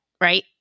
right